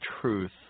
truth